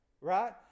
right